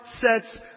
sets